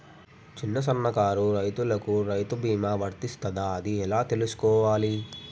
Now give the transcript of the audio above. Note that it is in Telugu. చిన్న సన్నకారు రైతులకు రైతు బీమా వర్తిస్తదా అది ఎలా తెలుసుకోవాలి?